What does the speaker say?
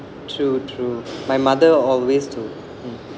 true true my mother always too mm